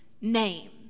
name